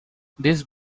this